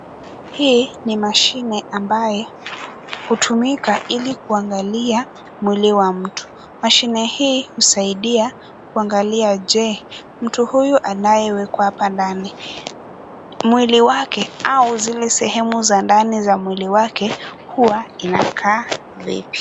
Hii ni mashine ambayo hutumika kuangalia mwili wa mtu. Mashine hii hutumika kuangalia je, mtu huyu anayewekwa hapa ndani, mwili wake au zile sehemu za ndani ya mwili wake kuwa inakaa vipi.